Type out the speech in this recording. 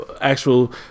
actual